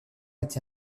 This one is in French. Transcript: été